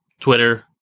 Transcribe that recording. Twitter